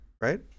right